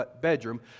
bedroom